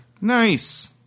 Nice